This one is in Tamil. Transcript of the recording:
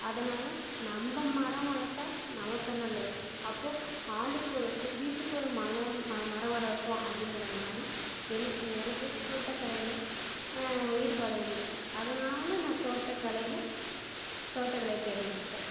அதனால் நம்ப மரம் வளர்த்தா நமக்கு நல்லது அப்போ ஆளுக்கொரு வீட்டுக்கு ஒரு மலம் ம மரம் வளர்ப்போம் அப்படிங்கிறமாரி எங் எனக்கு தோட்டக்கலையில் ஈடுபாடு வந்துச்சு அதனால் நான் தோட்டக்கலையில் தோட்டக்கலையை தேர்ந்தெடுத்தேன்